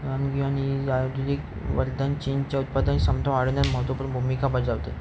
Dongguan ही चिनच्या उत्पादनाची क्षमता वाढण्यात महत्त्वपूर्ण भूमिका बजावते